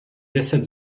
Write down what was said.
deset